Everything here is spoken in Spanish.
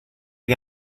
que